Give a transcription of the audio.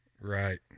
Right